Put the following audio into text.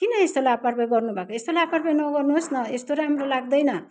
किन यस्तो लापरवाही गर्नुभएको यस्तो लापरवाही नगर्नुहोस् न यस्तो राम्रो लाग्दैन